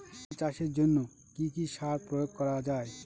ধান চাষের জন্য কি কি সার প্রয়োগ করা য়ায়?